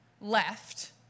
left